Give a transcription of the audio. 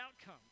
outcome